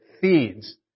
feeds